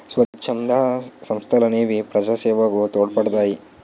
స్వచ్ఛంద సంస్థలనేవి ప్రజాసేవకు తోడ్పడతాయి